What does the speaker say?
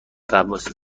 غواصی